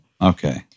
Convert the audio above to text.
Okay